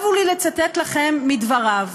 הבה ואצטט לכם מדבריו.